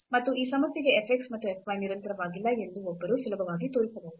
ಮತ್ತು ಈ ಸಮಸ್ಯೆಗೆ f x ಮತ್ತು f y ನಿರಂತರವಾಗಿಲ್ಲ ಎಂದು ಒಬ್ಬರು ಸುಲಭವಾಗಿ ತೋರಿಸಬಹುದು